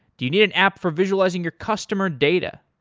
do you need an app for visualizing your customer data?